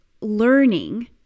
learning